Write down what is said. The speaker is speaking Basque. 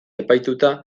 epaituta